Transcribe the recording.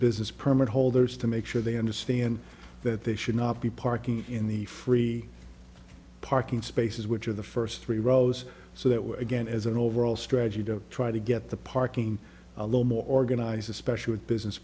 business permit holders to make sure they understand that they should not be parking in the free parking spaces which are the first three rows so that way again as an overall strategy to try to get the parking a little more organized especially with business